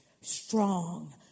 strong